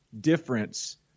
difference